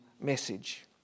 message